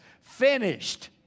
finished